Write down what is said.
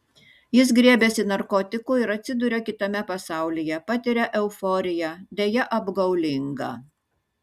jis griebiasi narkotikų ir atsiduria kitame pasaulyje patiria euforiją deja apgaulingą